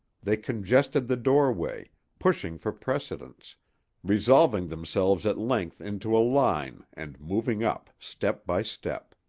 they congested the doorway, pushing for precedence resolving themselves at length into a line and moving up step by step.